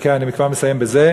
כן, אני כבר מסיים בזה.